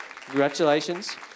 Congratulations